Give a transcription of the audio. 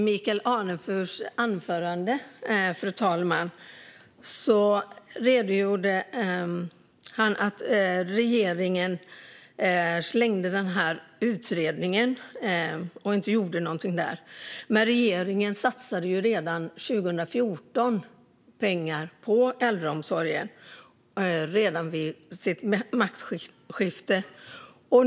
Michael Anefur redogjorde i sitt anförande för att regeringen slängde utredningen. Men regeringen satsade redan 2014 i samband med maktskiftet pengar på äldreomsorgen.